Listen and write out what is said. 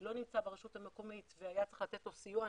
שלא נמצא ברשות המקומית והיה צריך לתת לו סיוע,